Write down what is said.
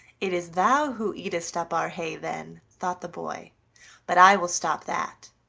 it is thou who eatest up our hay then, thought the boy but i will stop that.